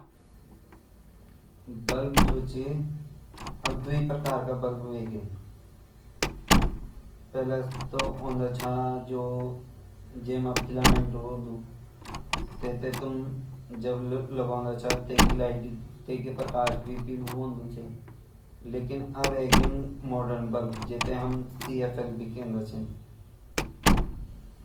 जु पुराना बलब छेया उ बिजली द्ववारा चलन अर जु नया बलब छिन यु भी बिजली द्वारा चलन जु पुराना बलब छिन ऊमा अंदर बाटिन फिलामेंट ब्वन छे भई वेते अर जु नया बलब छीन मत्लब यू मा मशीनरी लगी रानदी यू वेगा हिसाब से सफ़ेद लाइट दयान्दा अपना आप यू फ्यूज भी वे जांदा अर ठीक भी वे जांदा आजकाला बलब।